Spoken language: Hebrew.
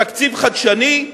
תקציב חדשני,